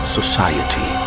Society